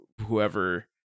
whoever